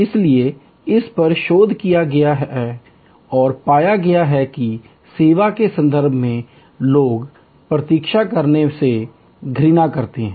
इसलिए इस पर शोध किया गया और पाया गया कि सेवा के संदर्भ में लोग प्रतीक्षा करने से घृणा करते हैं